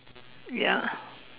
ya